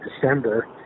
December